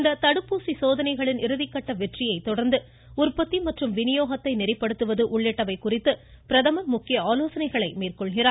இந்த தடுப்பூசி சோதனைகளின் இறுதிகட்ட வெற்றியைத் தொடர்ந்து உற்பத்தி மற்றும் வினியோகத்தை நெறிப்படுத்துவது உள்ளிட்டவை குறித்தும் பிரதமர் முக்கிய ஆலோசனைகளையும் மேற்கொள்கிறார்